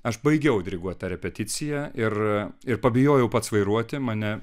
aš baigiau diriguot tą repeticiją ir ir pabijojau pats vairuoti mane